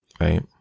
right